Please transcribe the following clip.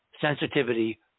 sensitivity